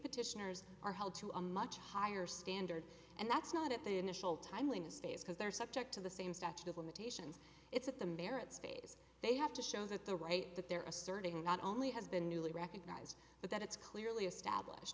petitioners are held to a much higher standard and that's not at the initial timeliness phase because they're subject to the same statute of limitations it's at the merits phase they have to show that the right that they're asserting not only has been newly recognized but that it's clearly established